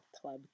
Club